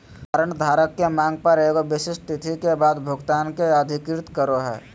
warrant धारक के मांग पर एगो विशिष्ट तिथि के बाद भुगतान के अधिकृत करो हइ